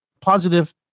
positive